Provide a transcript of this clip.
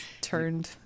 turned